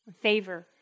favor